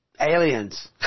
aliens